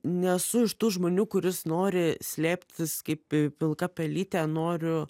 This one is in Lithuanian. nesu iš tų žmonių kuris nori slėptis kaip pilka pelytė noriu